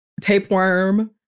tapeworm